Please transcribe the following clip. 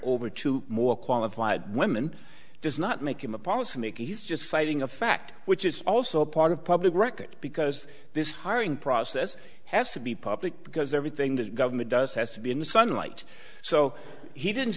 over to more qualified women does not make him a policymaker he's just citing a fact which is also part of public record because this hiring process has to be public because everything the government does has to be in the sunlight so he didn't